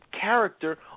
character